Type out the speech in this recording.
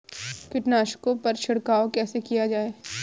कीटनाशकों पर छिड़काव कैसे किया जाए?